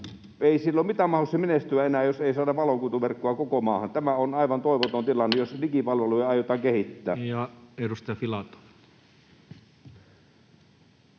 Ei sillä ole mitään mahdollisuuksia menestyä enää, jos ei saada valokuituverkkoa koko maahan. Tämä on aivan toivoton tilanne, jos digipalveluja aiotaan kehittää.